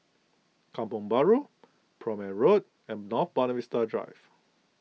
Kampong Bahru Prome Road and North Buona Vista Drive